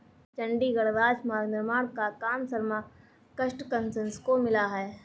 चंडीगढ़ राजमार्ग निर्माण का काम शर्मा कंस्ट्रक्शंस को मिला है